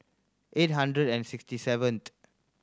eight hundred and sixty seventh